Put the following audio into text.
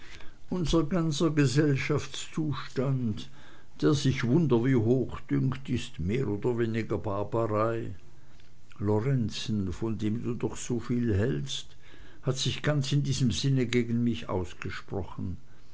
unser ganzer gesellschaftszustand der sich wunder wie hoch dünkt ist mehr oder weniger barbarei lorenzen von dem du doch soviel hältst hat sich ganz in diesem sinne gegen mich ausgesprochen